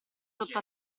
sotto